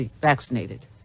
vaccinated